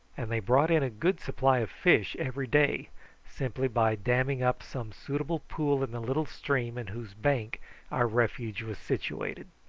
and they brought in a good supply of fish every day simply by damming up some suitable pool in the little stream in whose bank our refuge was situated.